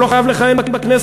הוא לא חייב לכהן בכנסת.